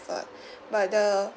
~fort but the